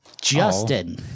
Justin